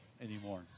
anymore